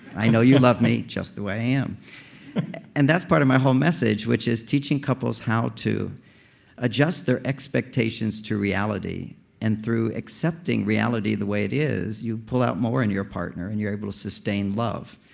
i know you love me just the way i am and that's part of my whole message, which is teaching couples how to adjust their expectations to reality and through accepting reality the way it is, you pull out more in your partner and you're able to sustain love.